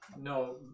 No